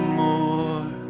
more